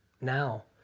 Now